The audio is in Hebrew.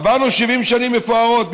עברנו 70 שנים מפוארות.